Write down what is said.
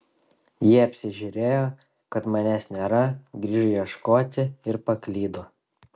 jie apsižiūrėjo kad manęs nėra grįžo ieškoti ir paklydo